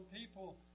people